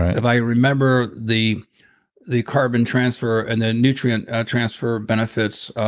ah if i remember the the carbon transfer and the nutrient transfer benefits.